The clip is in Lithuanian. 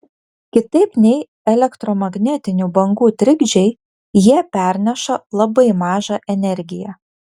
kitaip nei elektromagnetinių bangų trikdžiai jie perneša labai mažą energiją